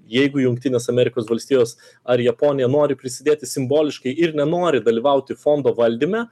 jeigu jungtinės amerikos valstijos ar japonija nori prisidėti simboliškai ir nenori dalyvauti fondo valdyme